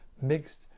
mixed